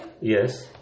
Yes